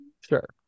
Sure